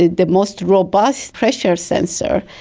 ah the most robust pressure sensor.